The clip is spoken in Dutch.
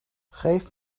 geef